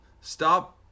Stop